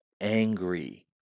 angry